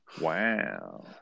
Wow